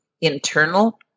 internal